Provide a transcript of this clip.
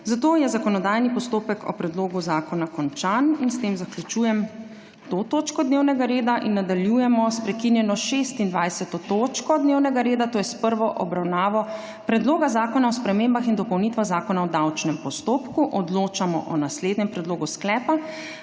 zato je zakonodajni postopek o predlogu zakona končan. Zaključujem to točko dnevnega reda. Nadaljujemo sprekinjeno 24. točko dnevnega reda, to je s prvo obravnavo Predlog zakona o spremembi Zakona o davku na dodano vrednost. Odločamo o naslednjem predlogu sklepa: